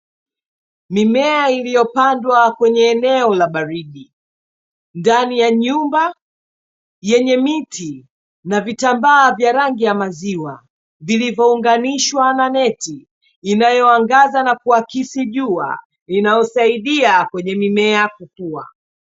Mimea iliyopandwa kwenye eneo la baridi ndani ya nyumba yenye miti na vitambaa vya rangi ya maziwa, vilivyounganishwa na neti inayoangaza na kuakisi jua inayosaidia kwenye mimea kukua.